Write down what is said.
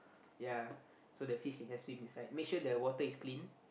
ya so the fish can just swim inside make sure the water is clean